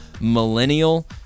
millennial